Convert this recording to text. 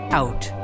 out